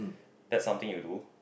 that's something you'll do